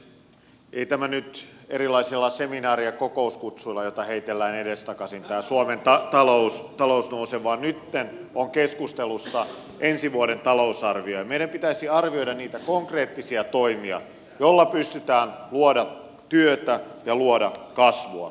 ei suomen talous nouse erilaisilla seminaari ja kokouskutsuilla joita heitellään edestakaisin vaan nyt on keskustelussa ensi vuoden talousarvio ja meidän pitäisi arvioida niitä konkreettisia toimia joilla pystytään luomaan työtä ja luomaan kasvua